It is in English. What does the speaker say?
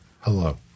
hello